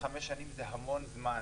חמש שנים זה המון זמן